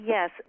Yes